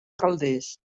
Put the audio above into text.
calders